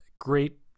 Great